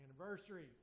Anniversaries